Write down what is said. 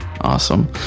Awesome